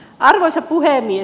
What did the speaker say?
arvoisa puhemies